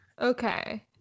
Okay